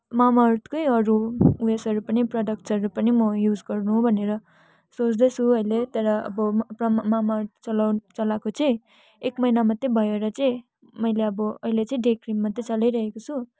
मामाअर्थकै अरू उयेसहरू पनि प्रोडक्टहरू पनि म युज गर्नु भनेर सोच्दैछु अहिले तर अब मामाअर्थ चलाउनु चलाएको चाहिँ एक महिना मात्रै भयो र चाहिँ मैले अब अहिले चाहिँ डे क्रिम मात्रै चलाइरहेको छु